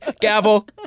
Gavel